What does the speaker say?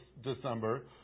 December